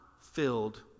filled